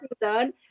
done